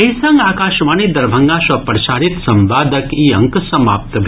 एहि संग आकाशवाणी दरभंगा सँ प्रसारित संवादक ई अंक समाप्त भेल